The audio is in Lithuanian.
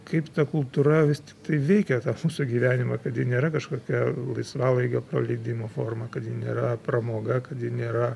kaip ta kultūra vis tiktai veikia tą mūsų gyvenimą kad ji nėra kažkokia laisvalaikio praleidimo forma kad ji nėra pramoga kad ji nėra